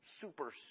super